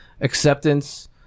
acceptance